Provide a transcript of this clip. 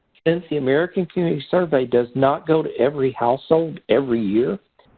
since the american community survey does not go to every household every year,